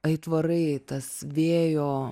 aitvarai tas vėjo